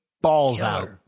balls-out